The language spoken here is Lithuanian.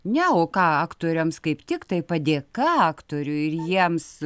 ne o ką aktoriams kaip tik tai padėka aktoriui ir jiems